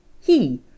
He